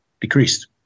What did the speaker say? decreased